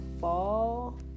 fall